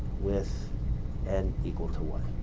with and equal to one,